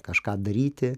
kažką daryti